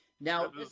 Now